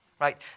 right